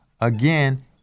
again